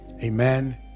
amen